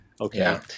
Okay